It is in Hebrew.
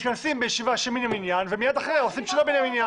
מתכנסים בישיבה מן המניין ומיד אחר כך עושים ישיבה שלא מן המניין.